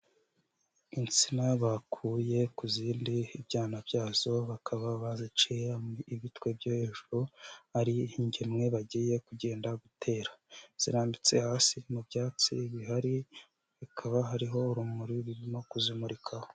Insina bakuye ku zindi, ibyana byazo bakaba baziciye ibitwe byo hejuru ari ingemwe bagiye kugenda batera, zirambitse hasi mu byatsi bihari, bikaba hariho urumuri rurimo kuzimurikaho.